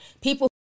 people